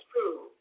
true